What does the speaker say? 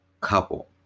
couple